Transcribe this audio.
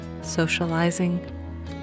socializing